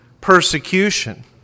persecution